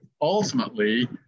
ultimately